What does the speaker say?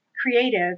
creative